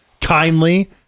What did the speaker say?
kindly